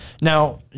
Now